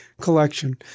collection